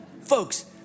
Folks